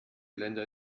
länder